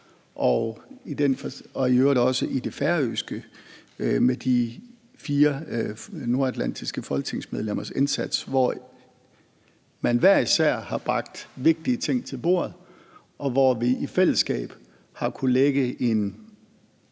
og i øvrigt også i det færøske med de fire nordatlantiske folketingsmedlemmers indsats, hvor man hver især har bragt vigtige ting til bordet, og hvor vi i fællesskab har kunnet lægge en